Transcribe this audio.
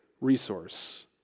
resource